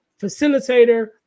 facilitator